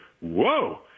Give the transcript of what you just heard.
whoa